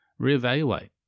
reevaluate